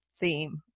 theme